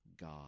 God